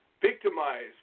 victimized